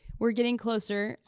we're getting closer.